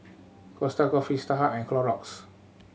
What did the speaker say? Costa Coffee Starhub and Clorox